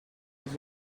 else